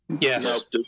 yes